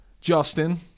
Justin